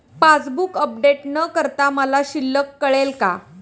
Passbook update न करता मला शिल्लक कळेल का?